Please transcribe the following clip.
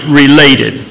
related